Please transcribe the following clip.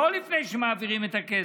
לא לפני שמעבירים את הכסף,